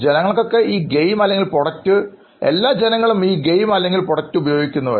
ജനങ്ങളൊക്കെ ഈ ഗെയിംഅല്ലെങ്കിൽ പ്രോഡക്റ്റ് ഉപയോഗിക്കുന്നത് വരെ